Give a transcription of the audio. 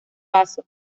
paso